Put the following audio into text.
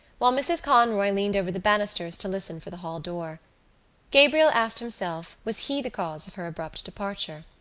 while mrs. conroy leaned over the banisters to listen for the hall-door. gabriel asked himself was he the cause of her abrupt departure.